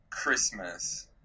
Christmas